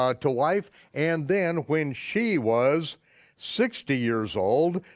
um to wife. and then when she was sixty years old,